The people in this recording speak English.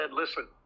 listen